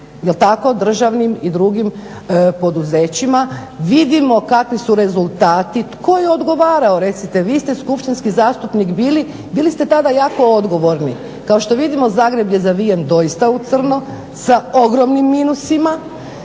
ovim Zakonom, državnim i drugim poduzećima, vidimo kakvi su rezultati. Tko je odgovarao kažite, vi ste skupštinski zastupnik bili bili ste tada jako odgovorni. Kao što vidimo Zagreb je zavijen doista u crno sa ogromnim minusima,